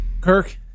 Kirk